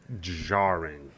jarring